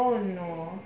oh no